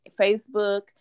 facebook